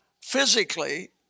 physically